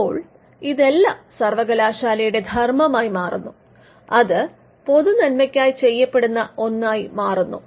അപ്പോൾ ഇതെല്ലം സർവകലാശാലയുടെ ധർമ്മമായി മാറുന്നു അത് പൊതുനന്മയ്ക്കായി ചെയ്യുന്ന ഒന്നായി മാറ്റപ്പെടുന്നു